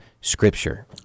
Scripture